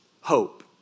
Hope